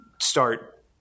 start